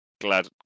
Glad